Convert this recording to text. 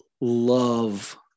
love